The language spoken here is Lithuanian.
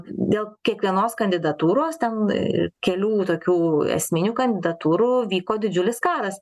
dėl kiekvienos kandidatūros ten ir kelių tokių esminių kandidatūrų vyko didžiulis karas